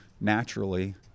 naturally